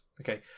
Okay